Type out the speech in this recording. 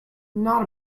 not